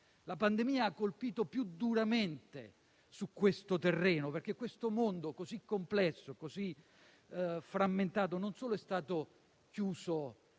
La pandemia ha colpito più duramente su questo terreno perché questo mondo, così complesso e frammentato, non solo è stato chiuso